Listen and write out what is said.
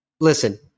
Listen